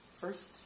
first